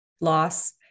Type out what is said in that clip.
loss